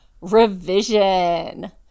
revision